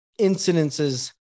incidences